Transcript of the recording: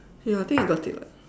ya I think we got it lah